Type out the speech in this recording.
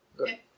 okay